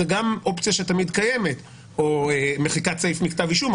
זו גם אופציה שתמיד קיימת או מחיקת סעיף מכתב אישום,